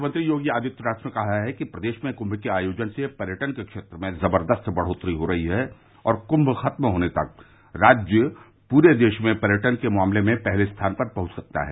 मुख्यमंत्री योगी आदित्यनाथ ने कहा है कि प्रदेश में कुंभ के आयोजन से पर्यटन के क्षेत्र में ज़बरदस्त बढोत्तरी हो रही है और कुंभ खत्म होने तक राज्य पूरे देश में पर्यटन के मामले में पहले स्थान पर पहुंच सकता है